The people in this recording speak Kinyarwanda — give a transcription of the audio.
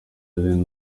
alain